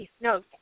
no